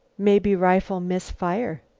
mebby rifle miss fire.